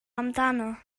amdano